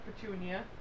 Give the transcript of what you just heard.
Petunia